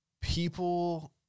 people